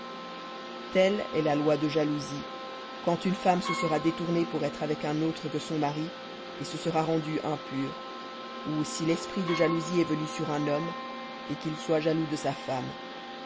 telle est la loi de jalousie quand une femme se sera détournée pour être avec un autre que son mari et se sera rendue impure ou si l'esprit de jalousie est venu sur un homme et qu'il soit jaloux de sa femme